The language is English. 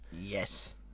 Yes